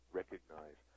recognize